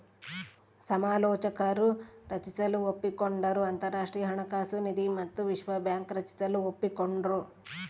ಸಮಾಲೋಚಕರು ರಚಿಸಲು ಒಪ್ಪಿಕೊಂಡರು ಅಂತರಾಷ್ಟ್ರೀಯ ಹಣಕಾಸು ನಿಧಿ ಮತ್ತು ವಿಶ್ವ ಬ್ಯಾಂಕ್ ರಚಿಸಲು ಒಪ್ಪಿಕೊಂಡ್ರು